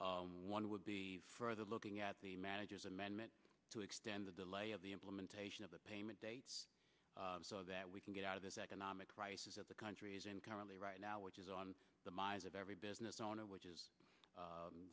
one would be for looking at the manager's amendment to extend the delay of the implementation of the payment dates so that we can get out of this economic crisis of the countries in currently right now which is on the minds of every business owner which is